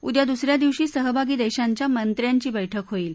उद्या दुस या दिवशी सहभागी देशांच्या मंत्र्याची बैठक होईल